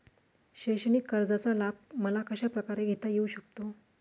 शैक्षणिक कर्जाचा लाभ मला कशाप्रकारे घेता येऊ शकतो?